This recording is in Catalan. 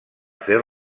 fer